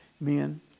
men